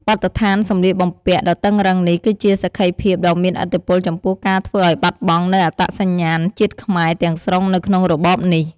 បទដ្ឋានសម្លៀកបំពាក់ដ៏តឹងរ៉ឹងនេះគឺជាសក្ខីភាពដ៏មានឥទ្ធិពលចំពោះការធ្វើឱ្យបាត់បង់នូវអត្តសញ្ញាណជាតិខ្មែរទាំងស្រុងនៅក្នុងរបបនេះ។